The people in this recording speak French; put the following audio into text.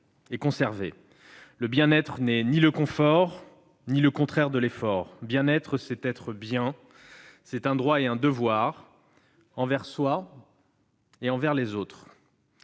et conserver. Le bien-être n'est ni le confort ni le contraire de l'effort. Bien-être, c'est être bien. C'est un droit et un devoir, envers soi et envers les autres.